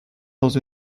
dans